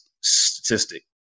statistic